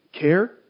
care